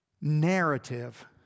narrative